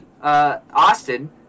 Austin